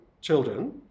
children